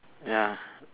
ya